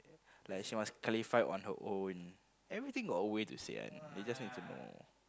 like she must clarify on her own everything got a way to say one you just need to know